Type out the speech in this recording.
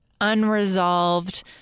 unresolved